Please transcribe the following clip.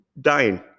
dying